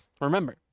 remember